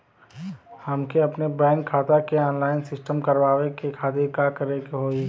हमके अपने बैंक खाता के ऑनलाइन सिस्टम करवावे के खातिर का करे के होई?